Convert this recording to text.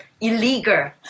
illegal